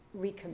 recommit